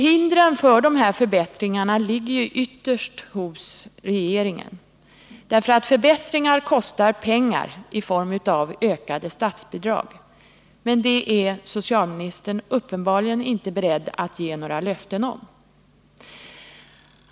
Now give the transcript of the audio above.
Hindren för dessa förbättringar ligger ytterst hos regeringen — förbättringar kostar pengar i form av ökade statsbidrag. Men det är socialministern uppenbarligen inte beredd att ge några löften om.